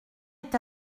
est